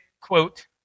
quote